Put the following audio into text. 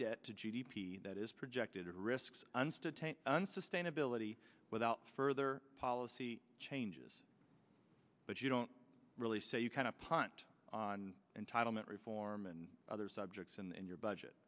debt to g d p that is projected risks and unsustainability without further policy changes but you don't really say you kind of punt on entitlement reform and other subjects and your budget